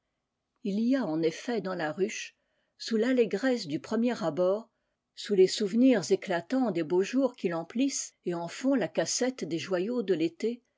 n y a en effet dans la ruche sous l'allégresse du premier abord sous les souvenirs éclatants des beaux jours qui l'emplissent et en font la cassette dés joyaux de télé